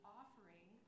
offering